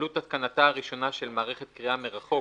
עלות התקנתה הראשונה של מערכת קריאה מרחוק,